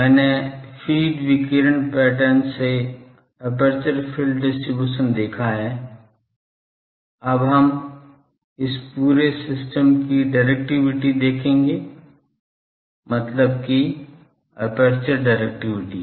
मने फ़ीड विकिरण पैटर्न से अपर्चर फील्ड डिस्ट्रीब्यूशन देखा है अब हम इस पूरे सिस्टम की डिरेक्टिविटी देखेंगे इसका मतलब है एपर्चर डिरेक्टिविटी